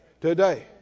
today